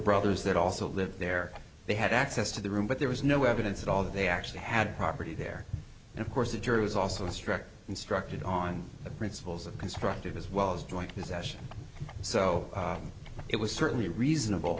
brothers that also lived there they had access to the room but there was no evidence at all that they actually had property there and of course the jury was also struck instructed on the principles of constructive as well as doing this action so it was certainly reasonable